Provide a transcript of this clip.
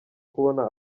kubona